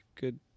good